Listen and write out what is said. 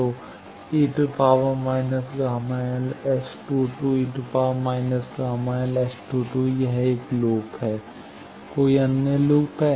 तो e−γl ⋅ S 22 e−γl ⋅ S 22 यह एक लूप है कोई अन्य लूप है